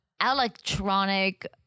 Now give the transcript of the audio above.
electronic